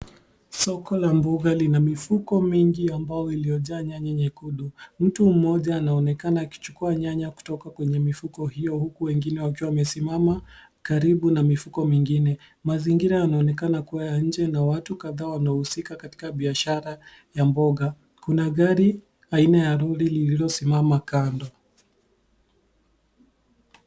Soko la mboga lina kreti mingi ya mbao iliyojaa nyanya nyekundu. Mtu mmoja anaonekana akuchukua nyanya kutoka kwenye kreti hiyo huku wengine wakiwa wamesimama karibu na kreti mingine. Mazingira yanaonekana kuwa ya nje na watu kadhaa wanahusika katika biashara ya mboga. Kuna gari aina ya lori lilosimama kando.